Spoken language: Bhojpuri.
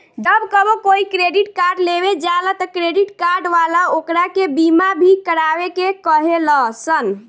जब कबो कोई क्रेडिट कार्ड लेवे जाला त क्रेडिट कार्ड वाला ओकरा के बीमा भी करावे के कहे लसन